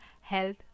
health